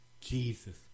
Jesus